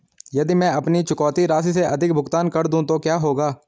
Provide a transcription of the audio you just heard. यदि मैं अपनी चुकौती राशि से अधिक भुगतान कर दूं तो क्या होगा?